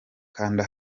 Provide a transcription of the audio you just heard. kanda